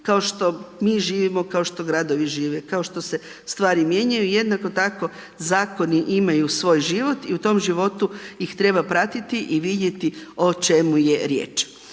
kao što mi živimo, kao što gradovi žive, kao što se stvari mijenjaju i jednako tako zakoni imaju svoj život i u tom životu ih treba pratiti i vidjeti o čemu je riječ.